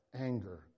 anger